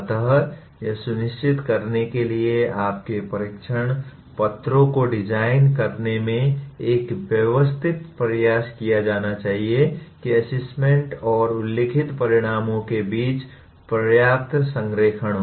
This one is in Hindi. अतः यह सुनिश्चित करने के लिए आपके परीक्षण पत्रों को डिजाइन करने में एक व्यवस्थित प्रयास किया जाना चाहिए कि असेसमेंट और उल्लिखित परिणामों के बीच पर्याप्त संरेखण हो